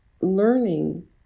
learning